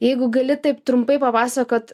jeigu gali taip trumpai papasakot